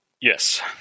Yes